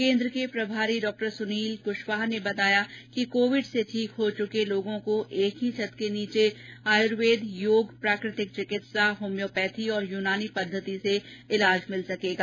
केन्द्र के प्रभारी डॉ सुनील कशवाह ने बताया कि कोविड से ठीक हो चुके लोगों को एक ही छत के नीचे आयुर्वेद योग प्राकृतिक चिंकित्सा होम्योपैथी और यूनानी पद्धति से इलाज मिल सकेगा